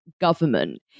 government